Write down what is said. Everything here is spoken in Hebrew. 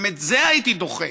גם את זה הייתי דוחה.